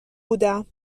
بودم